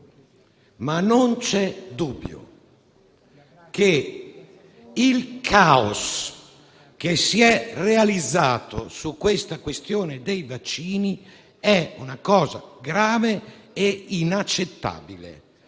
ma non c'è dubbio che il caos che si è realizzato sulla questione dei vaccini è un fatto grave e inaccettabile: